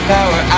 Power